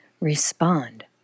respond